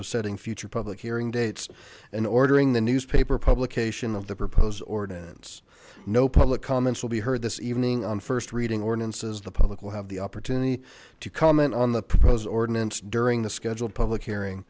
of setting future public hearing dates and ordering the new paper publication of the proposed ordinance no public comments will be heard this evening on first reading ordinances the public will have the opportunity to comment on the proposed ordinance during the scheduled public hearing